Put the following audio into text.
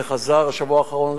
זה חזר בשבוע האחרון,